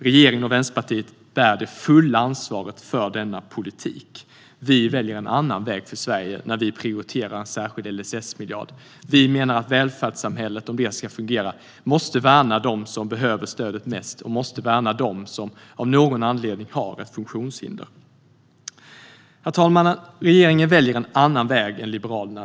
Regeringen och Vänsterpartiet bär det fulla ansvaret för denna politik. Vi väljer en annan väg för Sverige när vi prioriterar en särskild LSS-miljard. Vi menar att välfärdssamhället, om det ska fungera, måste värna dem som behöver stödet mest och som av någon anledning har ett funktionshinder. Herr talman! Regeringen väljer en annan väg än Liberalerna.